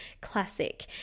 Classic